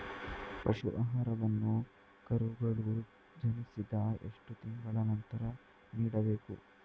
ಪಶು ಆಹಾರವನ್ನು ಕರುಗಳು ಜನಿಸಿದ ಎಷ್ಟು ತಿಂಗಳ ನಂತರ ನೀಡಬೇಕು?